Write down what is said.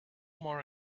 more